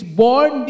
born